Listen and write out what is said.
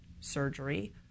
surgery